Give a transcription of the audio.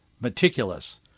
meticulous